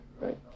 right